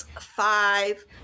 five